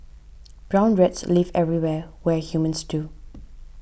brown rats live everywhere where humans do